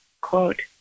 quote